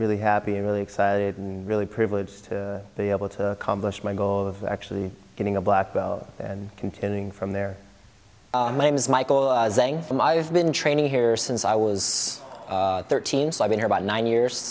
really happy and really excited and really privileged to be able to accomplish my goal of actually getting a black belt and continuing from there my name is michael from i have been training here since i was thirteen so i've been here about nine years